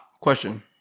Question